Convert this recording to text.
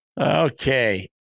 Okay